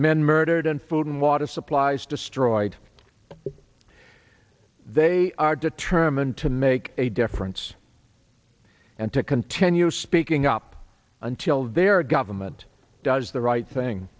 men murdered and food and water supplies destroyed they are determined to make a difference and to continue speaking up until their government does the right thing